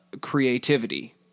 creativity